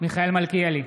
מיכאל מלכיאלי,